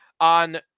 on